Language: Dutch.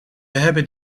hebben